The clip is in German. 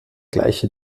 gleiche